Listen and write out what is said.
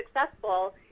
successful